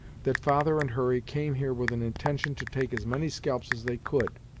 that father and hurry came here with an intention to take as many scalps as they could,